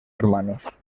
hermanos